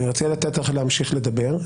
אני רוצה לתת לך להמשיך לדבר.